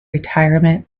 retirement